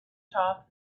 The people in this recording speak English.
top